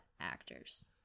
actors